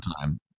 time